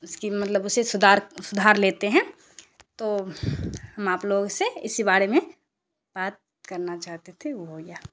اس کی مطلب اسے سدھار لیتے ہیں تو ہم آپ لوگوں سے اسی بارے میں بات کرنا چاہتے تھے وہ ہو گیا